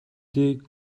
the